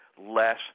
less